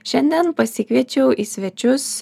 šiandien pasikviečiau į svečius